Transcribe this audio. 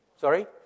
Sorry